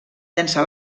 llençar